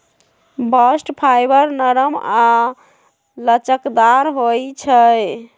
bast fibre नरम आऽ लचकदार होइ छइ